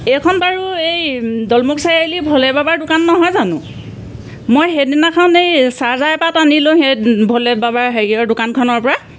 এইখন বাৰু এই দলমুখ চাৰিআলি ভলেবাবাৰ দোকান নহয় জানো মই সেইদিনাখন এই চাৰ্জাৰ এপাত আনিলোঁ সেই ভলেবাবাৰ হেৰিৰ দোকানখনৰ পৰা